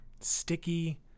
Sticky